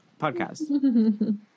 podcast